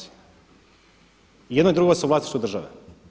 I jedno i drugo su u vlasništvu države.